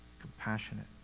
compassionate